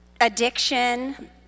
addiction